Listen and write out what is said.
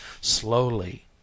Slowly